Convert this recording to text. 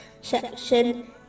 section